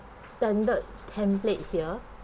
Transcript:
standards template here